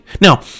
Now